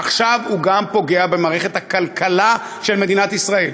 עכשיו הוא פוגע גם במערכת הכלכלה של מדינת ישראל,